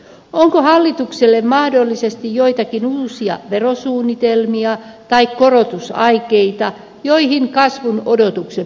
onko hallituksella mahdollisesti joitakin uusia verosuunnitelmia tai korotusaikeita joihin kasvun odotukset perustuvat